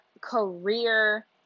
career